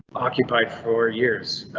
occupied for years,